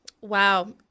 Wow